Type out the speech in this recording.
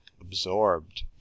absorbed